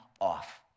off